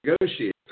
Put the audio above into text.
negotiate